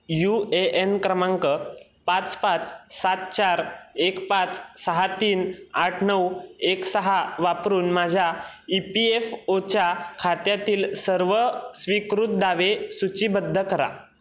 you A N क्रमांक पाच पाच सात चार एक पाच सहा तीन आठ नऊ एक सहा वापरून माझ्या ई पी एफ ओच्या खात्यातील सर्व स्वीकृत दावे सूचीबद्ध करा